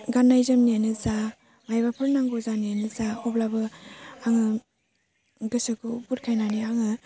गाननाय जोमनायानो जा माइबाफोर नांगौ जानायानो जा अब्लाबो आङो गोसोखौ बुरखायनानै आङो